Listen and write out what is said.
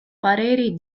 pareri